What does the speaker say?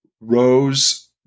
rose